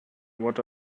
what